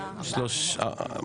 הצבעה לא אושרה.